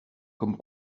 comme